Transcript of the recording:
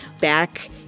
back